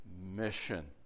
mission